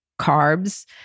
carbs